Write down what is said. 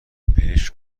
بهش